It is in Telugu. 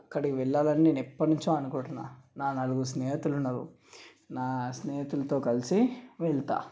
అక్కడికి వెళ్ళాలని నేను ఎప్పటినుంచో అనుకుంటున్నా నా నలుగురు స్నేహితున్నరు నా స్నేహితులతో కలిసి వెళ్తా